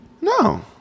No